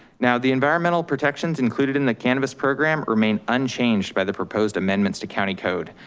now the environmental protections included in the cannabis program remains unchanged by the proposed amendments to county code.